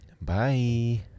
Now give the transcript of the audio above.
Bye